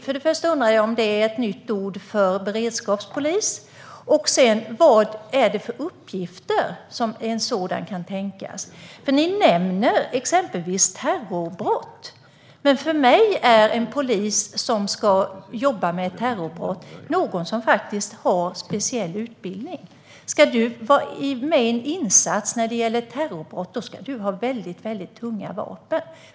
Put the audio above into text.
Jag undrar: Är det ett nytt ord för beredskapspolis, och vilka uppgifter kan de tänkas få? Man nämner exempelvis terrorbrott, men för mig är en polis som ska jobba med terrorbrott någon som har speciell utbildning. Om man ska vara med i en insats vid terrorbrott ska man ha tunga vapen.